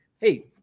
hey